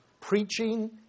preaching